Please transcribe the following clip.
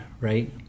right